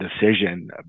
decision